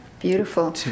Beautiful